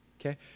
okay